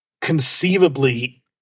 conceivably